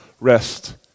rest